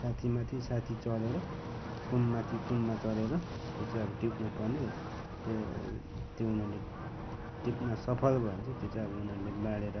साथीमाथि साथी चढेर कुममाथि कुममा चढेर त्यो चाहिँ अब टिप्नुपर्ने त्यो त्यो उनीहरूले टिप्न सफल भयो भने चाहिँ त्यो चाहिँ उनीहरूले बाडेर